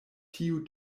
tiu